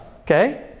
Okay